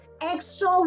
extra